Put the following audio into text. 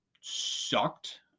sucked